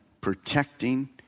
protecting